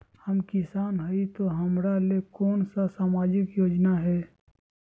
हम किसान हई तो हमरा ले कोन सा सामाजिक योजना है?